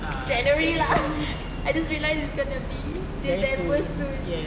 january lah I just realise it's gonna be december soon